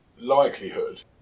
likelihood